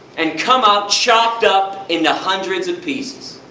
and come out chopped up, into hundreds of pieces.